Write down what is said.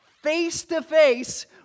face-to-face